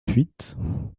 fuite